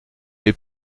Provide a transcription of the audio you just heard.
les